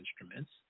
instruments